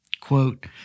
Quote